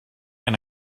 and